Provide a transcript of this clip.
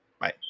bye